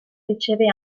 riceve